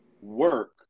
work